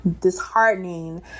disheartening